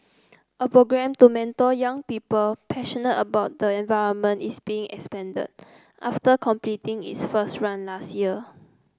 a programme to mentor young people passionate about the environment is being expanded after completing its first run last year